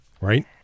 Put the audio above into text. right